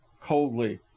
coldly